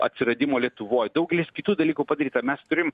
atsiradimo lietuvoj daugelis kitų dalykų padaryta mes turim